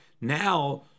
now